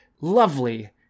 lovely